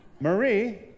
Marie